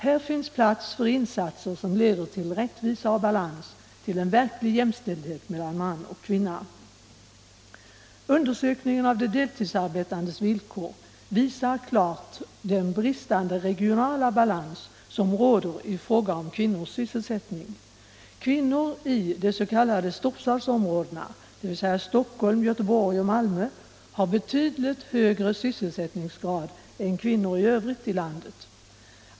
Här finns plats för insatser som leder till rättvisa och balans, till en verklig jämställdhet mellan man och kvinna. Undersökningen av de deltidsarbetandes villkor visar klart den bristande regionala balans som råder i fråga om kvinnors sysselsättning. Kvinnor i des.k. storstadsområdena, dvs. Stockholm, Göteborg och Malmö, har betydligt högre sysselsättningsgrad än kvinnor i övrigt i landet.